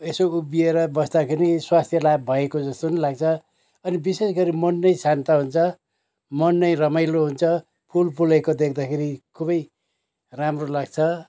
यसो उभिएर बस्दाखेरि नि स्वास्थ्य लाभ भएको जस्तो नि लाग्छ अनि विशेष गरी मन नै शान्त हुन्छ मन नै रमाईलो हुन्छ फुल फुलेको देख्दाखेरि खुबै राम्रो लाग्छ